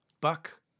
buck